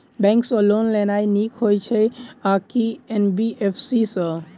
Bank सँ loan लेनाय नीक होइ छै आ की एन.बी.एफ.सी सँ?